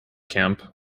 camp